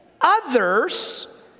others